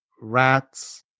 rats